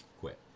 quit